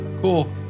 Cool